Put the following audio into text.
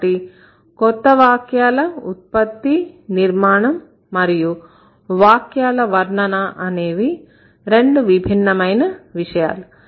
కాబట్టి కొత్త వాక్యాల ఉత్పత్తి నిర్మాణం మరియు వాక్యాల వర్ణన అనేవి రెండు విభిన్నమైన విషయాలు